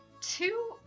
two